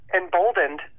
emboldened